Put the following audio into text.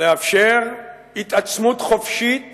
לאפשר התעצמות חופשית